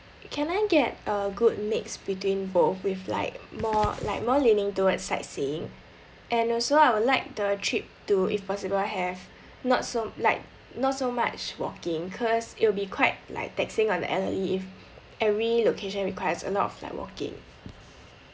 can I get uh good mix between both with like more like more leaning towards sightseeing and also I would like the trip to if possible I have not so like not so much walking cause it'll be quite like taxing on the elderly if every location requires a lot of like like walking